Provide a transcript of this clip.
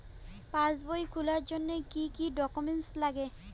পাসবই খোলার জন্য কি কি ডকুমেন্টস লাগে?